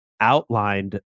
outlined